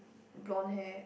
blonde hair